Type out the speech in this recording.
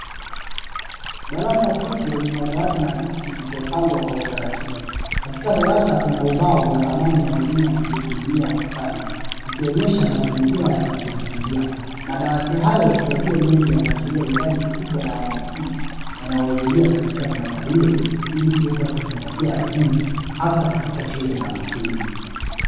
Darasa tupu lenye madawati na viti vilivyopangwa kwa utaratibu, katika darasa kuna ubao na ramani ya dunia iliyoning'inia ukutani ikionesha mazingira ya kujifunzia. Madawati hayo yaliyomengi yanaashiria idadi kubwa ya wanafunzi wanaohudhuria katika darasa hilo ili kuweza kujipatia elimu hasa katika shule za msingi.